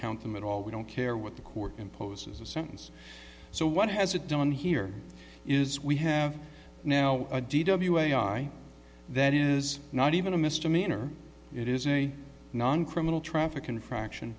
count them at all we don't care what the court imposes a sentence so what has a done here is we have now a d w i that is not even a misdemeanor it is a non criminal traffic infraction